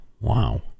Wow